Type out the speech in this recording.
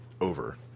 over